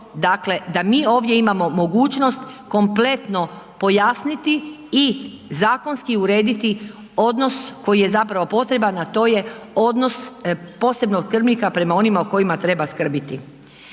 dakle da mi ovdje imamo mogućnost kompletno pojasniti i zakonski urediti odnos koji je zapravo potreban a to je odnos posebnog skrbnika prema onima o kojima treba skrbiti.